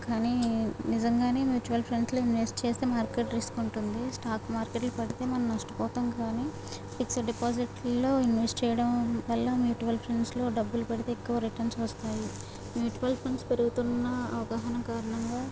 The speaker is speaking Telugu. కానీ నిజంగానే మ్యూచువల్ ఫండ్స్ లో ఇన్వెస్ట్ చేస్తే మార్కెట్ రిస్క్ ఉంటుంది స్టాక్ మార్కెట్ పెడితే మనం నష్టపోతాం గానీ ఫిక్స్డ్ డిపాజిట్ లలో ఇన్వెస్ట్ చేయడం వల్ల మ్యూచువల్ ఫ్రెండ్స్ లో డబ్బులు పెడితే ఎక్కువ రిటర్న్స్ వస్తాయి మ్యూచువల్ ఫండ్స్ పెరుగుతున్న అవగాహన కారణంగా